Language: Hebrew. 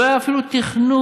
לא היה אפילו תכנון?